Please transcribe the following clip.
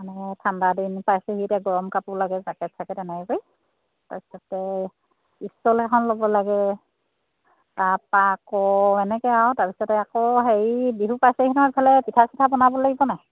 মানে ঠাণ্ডা দিন পাইছেহি এতিয়া গৰম কাপোৰ লাগে জাকেট চাকেট এনেকৈ কৰি তাৰপাছতে ষ্টল এখন ল'ব লাগে তাৰপৰা আকৌ এনেকৈ আৰু তাৰপিছতে আকৌ হেৰি বিহু পাইছেহি নহয় এইফালে পিঠা চিঠা বনাব লাগিব নাই